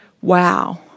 Wow